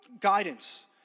guidance